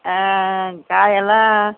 காய் எல்லாம்